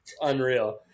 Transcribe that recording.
unreal